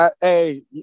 hey